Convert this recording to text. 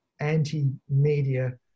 anti-media